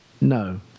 No